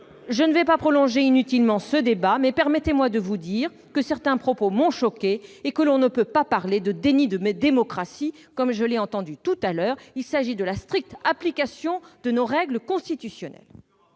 Sans vouloir prolonger inutilement ce débat, permettez-moi de vous dire que certains propos m'ont choquée. On ne peut pas parler de déni de démocratie, comme je l'ai entendu tout à l'heure. Si ! Il s'agit de la stricte application de nos règles constitutionnelles.